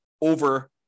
over